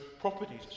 properties